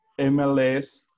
MLS